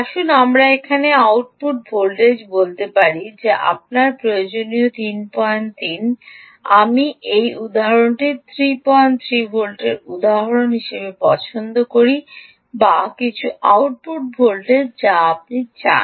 আসুন আমরা এখানে আউটপুট ভোল্টেজ বলতে পারি যে আপনার প্রয়োজন 33 আমি এই উদাহরণটি 33 ভোল্টের উদাহরণ হিসাবে পছন্দ করি বা কিছু আউটপুট ভোল্টেজ যা আপনি চান